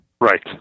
Right